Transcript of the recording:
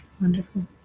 Wonderful